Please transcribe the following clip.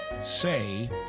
say